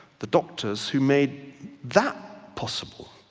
the doctors who made that possible.